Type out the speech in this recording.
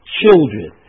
children